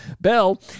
Bell